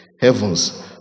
heavens